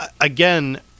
again